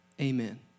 Amen